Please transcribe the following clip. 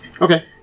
okay